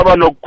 no